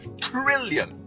trillion